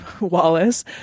Wallace